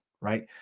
right